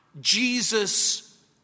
Jesus